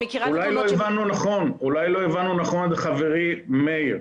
אולי לאהבנו נכון את חברי מאיר.